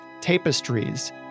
tapestries